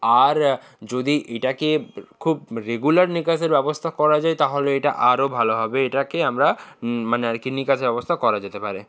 আর যদি এটাকে খুব রেগুলার নিকাশের ব্যবস্থা করা যায় তাহলে এটা আরও ভালো হবে এটাকে আমরা মানে আর কি নিকাশ ব্যবস্থা করা যেতে পারে